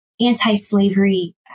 anti-slavery